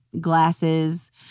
glasses